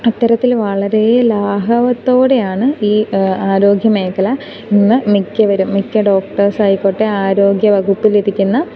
അത്തരത്തിൽ വളരെ ലാഘവത്തോടെയാണ് ഈ ആരോഗ്യ മേഖല ഇന്ന് മിക്കവരും മിക്ക ഡോക്ടേഴ്സായിക്കോട്ടെ ആരോഗ്യവകുപ്പിൽ ഇരിക്കുന്ന